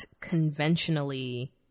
conventionally